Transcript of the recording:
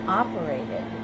operated